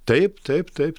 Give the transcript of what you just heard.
taip taip taip